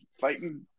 fighting